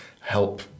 help